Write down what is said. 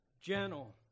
gentle